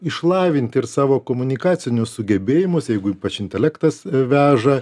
išlavinti ir savo komunikacinius sugebėjimus jeigu ypač intelektas veža